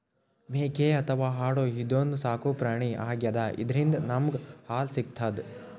ಮೇಕೆ ಅಥವಾ ಆಡು ಇದೊಂದ್ ಸಾಕುಪ್ರಾಣಿ ಆಗ್ಯಾದ ಇದ್ರಿಂದ್ ನಮ್ಗ್ ಹಾಲ್ ಸಿಗ್ತದ್